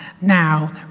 now